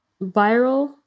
viral